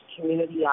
community